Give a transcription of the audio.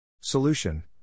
Solution